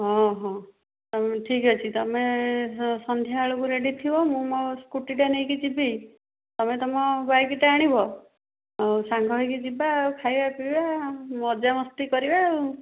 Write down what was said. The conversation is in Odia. ହଁ ହଁ ଠିକ୍ ଅଛି ତୁମେ ସନ୍ଧ୍ୟାବେଳକୁ ରେଡ଼ି ଥିବ ମୁଁ ମୋ ସ୍କୁଟିଟା ନେଇକି ଯିବି ତୁମେ ତୁମ ବାଇକଟା ଆଣିବ ଆଉ ସାଙ୍ଗ ହେଇକି ଯିବା ଆଉ ଖାଇବା ପିଇବା ମଜାମସ୍ତି କରିବା ଆଉ